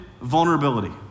vulnerability